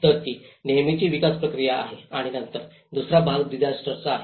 तर ती नेहमीची विकास प्रक्रिया आहे आणि नंतर दुसरा भाग डिसास्टरचा आहे